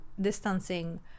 distancing